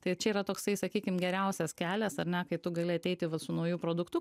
tai čia yra toksai sakykim geriausias kelias ar ne kai tu gali ateiti vat su nauju produktu